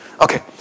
Okay